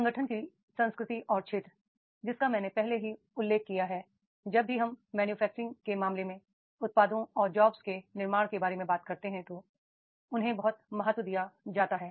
संगठन की संस्कृति और क्षेत्र जिसका मैंने पहले ही उल्लेख किया है जब भी हम मैन्यु फैक्च रिंग के मामले में उत्पादों और जॉब्स के निर्माण के बारे में बात करते हैं तो उन्हें बहुत महत्व दिया जाता है